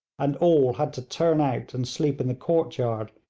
and all had to turn out and sleep in the courtyard,